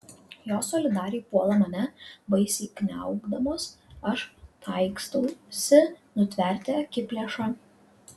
jos solidariai puola mane baisiai kniaukdamos aš taikstausi nutverti akiplėšą